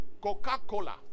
coca-cola